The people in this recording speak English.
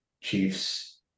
Chiefs